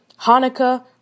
Hanukkah